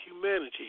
humanity